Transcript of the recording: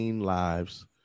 lives